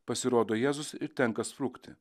pasirodo jėzus ir tenka sprukti